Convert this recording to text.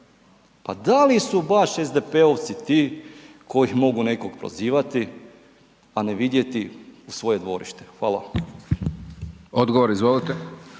Pa da li su baš SDP-ovci ti koji mogu nekoga prozivati, a ne vidjeti u svoje dvorište? Hvala. **Hajdaš Dončić,